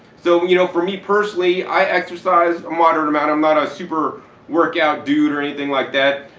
so you know for me personally, i exercise a moderate amount, i'm not ah a super workout dude or anything like that.